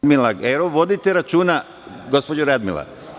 Radmila Gerov, vodite računa, gospođo Radmila.